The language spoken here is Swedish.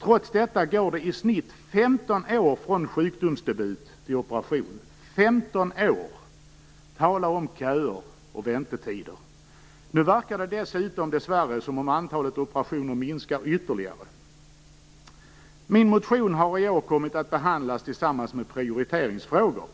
Trots detta går det i snitt 15 år från sjukdomsdebut till operation. 15 år! Tala om köer och väntetider! Nu verkar det dessutom dessvärre som att antalet operationer minskar ytterligare. Min motion har i år kommit att behandlas tillsammans med prioriteringsfrågor.